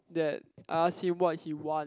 that I ask him what he want